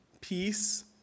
peace